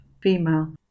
female